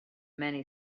many